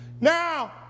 Now